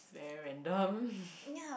it's very random